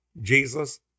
Jesus